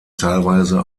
teilweise